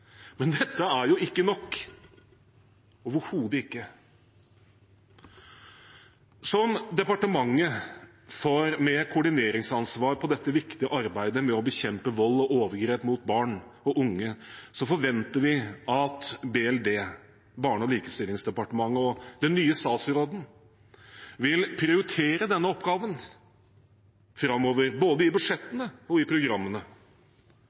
Men dette er jo ikke nok – overhodet ikke. Som et departement med koordineringsansvar for det viktige arbeidet med å bekjempe vold og overgrep mot barn og unge forventer vi at Barne- og likestillingsdepartementet og den nye statsråden vil prioritere denne oppgaven framover, både i budsjettene og i programmene.